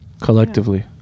collectively